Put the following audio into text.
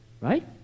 right